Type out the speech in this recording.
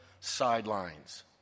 sidelines